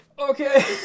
Okay